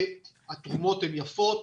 התרומות הן יפות,